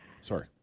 Sorry